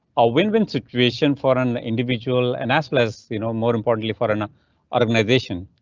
a win win situation for an individual and as well as you know more importantly for an organization.